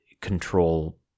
control